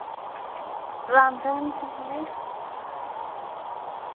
Ram Ram Sahay